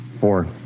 Four